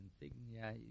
insignia